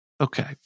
Okay